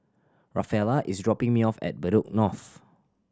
Rafaela is dropping me off at Bedok North